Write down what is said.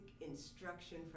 instruction